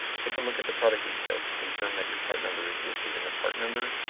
take a look at the product details to confirm that your part number is listed in the part number,